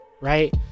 right